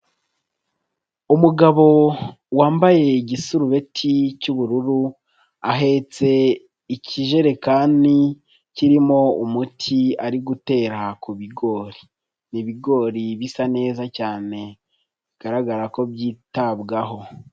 Umugabo wambaye igisurureti cy'ubururu ahetse ikijerekani kirimo umuti ari gutera ku bigori, ni ibigori bisa neza cyane bigaragara ko byitabwaho.